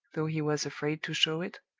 though he was afraid to show it,